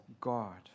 God